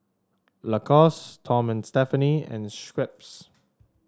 Lacoste Tom and Stephanie and Schweppes